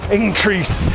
increase